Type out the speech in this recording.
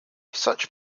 such